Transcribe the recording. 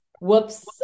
Whoops